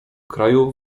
kraju